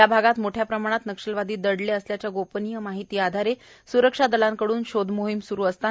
या भागात मोठ्या प्रमाणात नक्षलवादी दडले असल्याच्या गोपनीय माहिती आधारे स्रक्षा दलांकडून शोध मोहीम स्रू होती